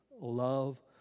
love